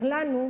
אבל אנחנו,